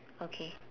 okay